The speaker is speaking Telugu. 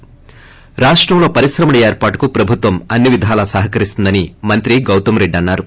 ి రాష్టంలో పరిశ్రమల ఏర్పాటుకు ప్రభుత్వం అన్ని విధాల సహకరిస్తుందని మంత్రి గౌతమ్ రెడ్డి అన్సారు